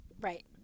Right